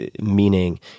meaning